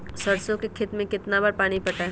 सरसों के खेत मे कितना बार पानी पटाये?